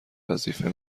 وظیفه